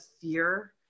fear